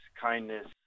kindness